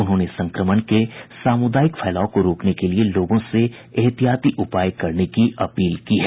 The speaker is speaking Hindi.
उन्होंने संक्रमण के सामुदायिक फैलाव को रोकने के लिए लोगों से ऐहतियाती उपाय करने की अपील की है